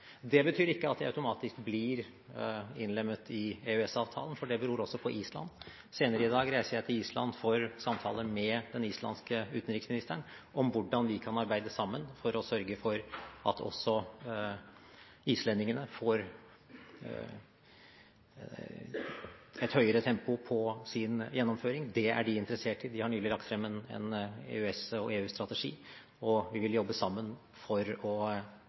Det betyr ikke at de automatisk blir innlemmet i EØS-avtalen, for det beror også på Island. Senere i dag reiser jeg til Island for samtale med den islandske utenriksministeren om hvordan vi kan arbeide sammen for å sørge for at også islendingene får et høyere tempo på sin gjennomføring. Det er de interessert i. De har nylig lagt frem en EØS- og EU-strategi, og vi vil jobbe sammen for å